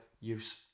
use